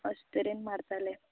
अशे तरेन मारताले